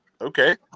Okay